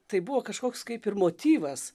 tai buvo kažkoks kaip ir motyvas